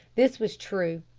this was true,